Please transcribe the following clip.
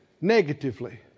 negatively